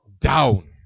down